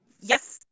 Yes